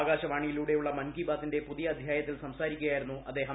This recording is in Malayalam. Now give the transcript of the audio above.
ആകാശവാണിയിലൂടെയുള്ള മൻകി ബാത്തിന്റെ പുതിയ അധ്യായത്തിൽ സംസാരിക്കുകയായിരുന്നു അദ്ദേഹം